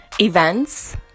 events